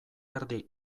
erdi